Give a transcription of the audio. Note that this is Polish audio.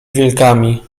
wilkami